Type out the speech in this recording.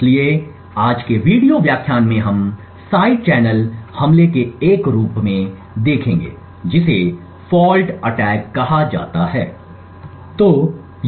इसलिए आज के वीडियो व्याख्यान में हम साइड चैनल हमले के एक और रूप को देखेंगे जिसे फॉल्ट अटैक कहा जाता है